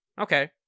Okay